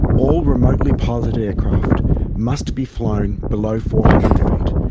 all remotely piloted aircraft must be flown below four hundred feet,